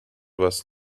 was